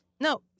No